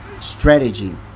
Strategy